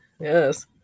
Yes